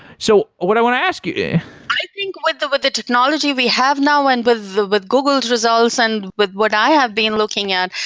so what i want to ask you i think with the with the technology we have now and but with google results and with what i have been looking at,